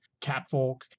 Catfolk